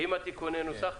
תיקוני נוסח.